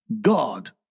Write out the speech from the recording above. God